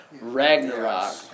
Ragnarok